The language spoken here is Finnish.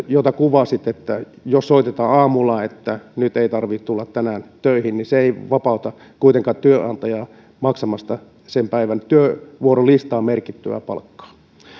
jota kuvasit että soitetaan aamulla että nyt ei tarvitse tulla tänään töihin ei vapauta kuitenkaan työnantajaa maksamasta sen päivän työvuorolistaan merkittyä palkkaa